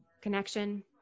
connection